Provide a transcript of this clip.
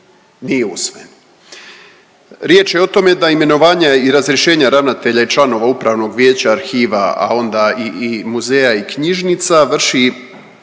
nije usvojen. Riječ je o tome da imenovanja i razrješenja ravnatelja i članova upravnog vijeća arhiva, a onda i muzeja i knjižnica vrši